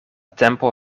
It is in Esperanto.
tempo